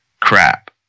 crap